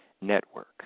network